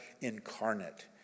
incarnate